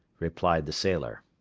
replied the sailor.